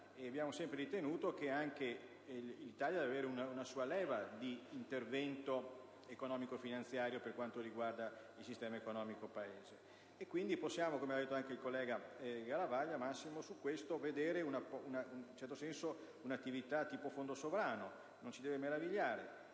abbiamo sempre ritenuto che l'Italia debba avere una sua leva d'intervento economico-finanziario per quanto riguarda il sistema economico Paese, e quindi possiamo, come ha detto anche il collega Garavaglia, vedere un'attività tipo fondo sovrano. Non ci deve meravigliare.